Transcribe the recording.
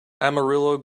amarillo